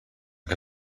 que